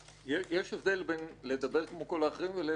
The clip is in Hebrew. יש הבדל בין לדבר כמו כל האחרים לבין לדבר מכובד.